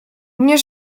nie